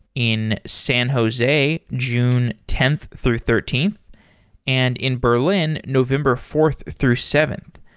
in san jose, june tenth through thirteenth and in berlin, november fourth through seventh.